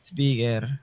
Speaker